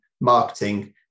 marketing